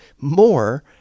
more